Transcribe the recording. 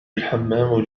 الحمّام